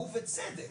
ובצדק.